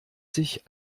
sich